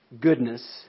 goodness